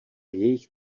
jejich